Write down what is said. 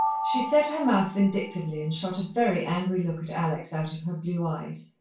she set her mouth vindictively and shot a very angry look at alex out of her blue eyes.